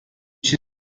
چیزی